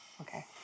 okay